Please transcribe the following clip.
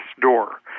door